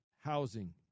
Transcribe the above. housing